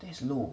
that is low